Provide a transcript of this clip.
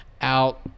out